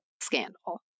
Scandal